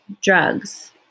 drugs